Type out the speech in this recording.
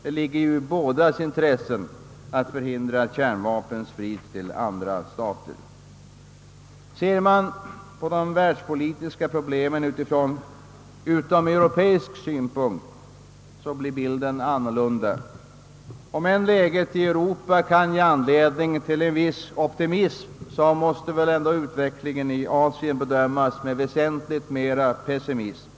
Det ligger i bådas intresse att förhindra att kärnvapen sprids till andra stater. Ser man på de världspolitiska problemen ifrån utomeuropeisk synpunkt blir bilden annorlunda. Om än läget i Europa kan ge anledning till en viss optimism måste väl utvecklingen i Asien bedömas med väsentligt mera pessimism.